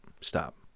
stop